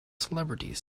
celebrities